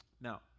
now